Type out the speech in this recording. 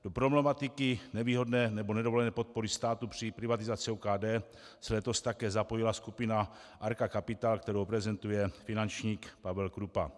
Do problematiky nevýhodné nebo nedovolené podpory státu při privatizaci OKD se letos také zapojila skupina Arca Capital, kterou prezentuje finančník Pavel Krúpa.